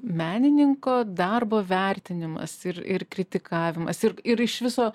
menininko darbo vertinimas ir ir kritikavimas ir iš viso